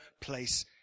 place